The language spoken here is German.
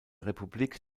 republik